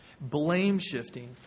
blame-shifting